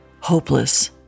hopeless